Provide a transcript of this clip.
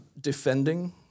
defending